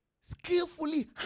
Skillfully